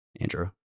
Andrew